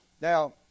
Now